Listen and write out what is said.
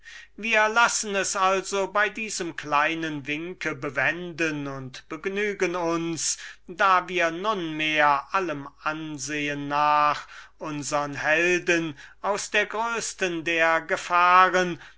wir lassen es also bei diesem kleinen winke bewenden und begnügen uns da wir nunmehr allem ansehen nach unsern helden aus der größesten der gefahren